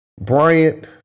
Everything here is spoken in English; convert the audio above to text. Bryant